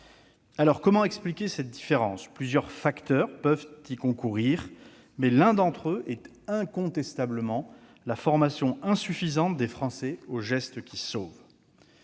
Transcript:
Comment expliquer cette différence ? Plusieurs facteurs peuvent entrer en jeu, mais l'un d'entre eux est incontestablement la formation insuffisante des Français aux gestes qui sauvent.